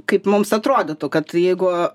kaip mums atrodytų kad jeigu